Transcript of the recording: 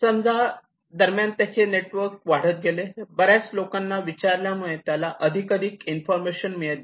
समजा दरम्यान त्याने त्याचे नेटवर्क वाढत गेले बऱ्याच लोकांना विचारल्यामुळे त्याला अधिक अधिक इन्फॉर्मेशन मिळत गेली